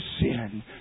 sin